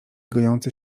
gojące